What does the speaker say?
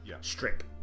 strip